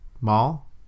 mall